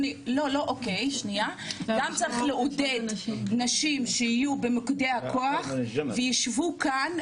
גם לעודד נשים שיהיו במוקדי הכוח ויישבו כאן,